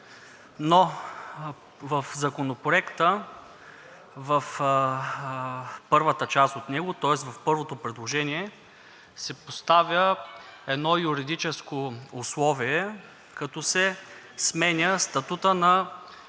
но в Законопроекта – първата част от него, тоест в първото предложение, се поставя едно юридическо условие, като се сменя статутът на